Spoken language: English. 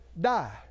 die